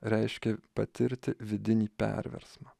reiškia patirti vidinį perversmą